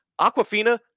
Aquafina